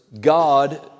God